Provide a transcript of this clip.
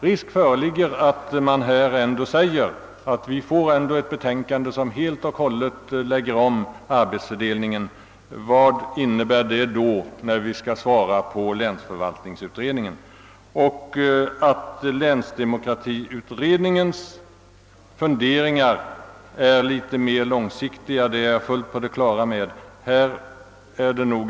Risk föreligger att de säger att det ändå kommer ett betänkande som helt och hållet lägger om arbetsfördelningen. Vad innebär det när de skall yttra sig om länsförvaltningsutredningen? Jag är fullt på det klara med att de frågor länsdemokratiutredningen sysslar med skall ses på lång sikt.